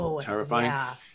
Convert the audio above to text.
terrifying